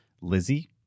Lizzie